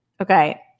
Okay